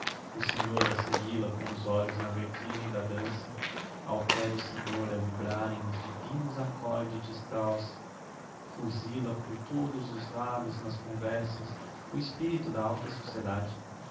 o senhor a seguil a com os olhos na vertigem da dansa ao pé do senhor a vibrarem os divinos accordes de strauss fuzila por todos os lados nas conversas o espirito da alta sociedade